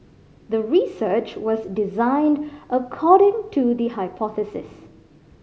the research was designed according to the hypothesis